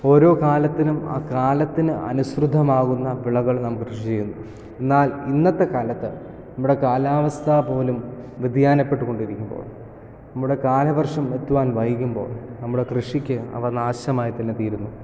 ഓരോ കാലത്തിനും ആ കാലത്തിന് അനുസൃതം ആകുന്ന വിളകൾ നാം കൃഷി ചെയ്യുന്നു എന്നാൽ ഇന്നത്തെ കാലത്ത് ഇവിടെ കാലാവസ്ഥ പോലും വ്യതിയാനപ്പെട്ടു കൊണ്ടിരിക്കുമ്പോൾ നമ്മുടെ കാലവർഷം എത്തുവാൻ വൈകുമ്പോൾ നമ്മുടെ കൃഷിക്ക് അവ നാശമായി തന്നെ തീരുന്നു